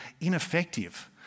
ineffective